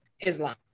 Islam